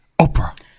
Oprah